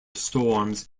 storms